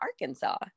Arkansas